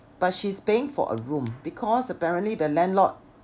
but she's paying for a room because apparently the landlord